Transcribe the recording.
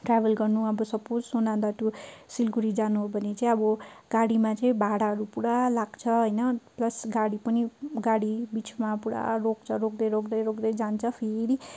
travel गर्नु अब suppose Sonada to Siliguri जानु हो भने चाहिँ अब गाडीमा चाहिँ भाडाहरू पुरा लाक्छ होइन प्लस गाडी पनि गाडी बिचमा पुरा रोक्छ रोक्दै रोक्दै रोक्दै जान्छ फेरि